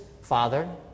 father